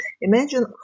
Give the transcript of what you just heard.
imagine